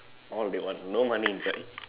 all they want no money inside